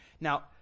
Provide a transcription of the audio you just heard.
Now